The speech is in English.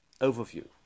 overview